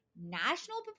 National